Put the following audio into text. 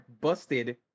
busted